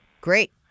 Great